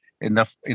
enough